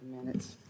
minutes